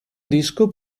disco